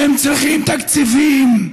הם צריכים תקציבים,